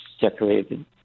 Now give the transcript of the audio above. decorated